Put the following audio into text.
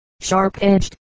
sharp-edged